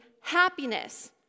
happiness